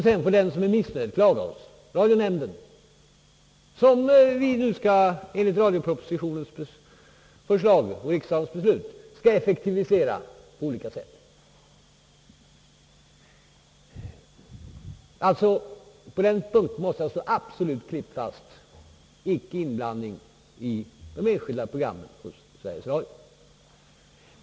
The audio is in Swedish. Sedan får den som är missnöjd klaga hos radionämnden, som vi enligt radiopropositionens förslag och riksdagens beslut på olika sätt skall effektivisera. På den punkten måste jag alltså stå absolut fast — icke någon inblandning i de enskilda programmen hos Sveriges Radio.